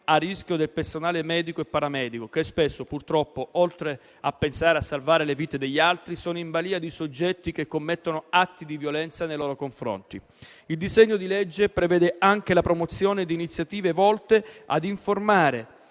a rischio del personale medico e paramedico, che spesso purtroppo, oltre a pensare a salvare le vite degli altri, sono in balia di soggetti che commettono atti di violenza nei loro confronti. Il disegno di legge prevede anche la promozione di iniziative volte ad informare